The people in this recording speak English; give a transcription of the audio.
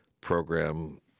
program